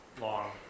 long